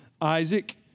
Isaac